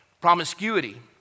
promiscuity